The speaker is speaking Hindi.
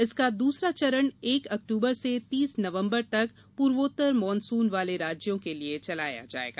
इसका दूसरा चरण एक अक्टूबर से तीस नवम्बर तक पूर्वोत्तर मानसून वाले राज्यों के लिए चलाया जाएगा